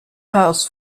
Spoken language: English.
house